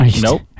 Nope